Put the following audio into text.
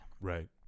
Right